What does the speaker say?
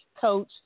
coach